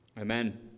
Amen